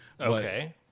okay